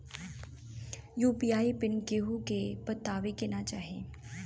UPI pin केहू के बतावे के ना चाही